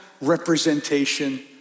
representation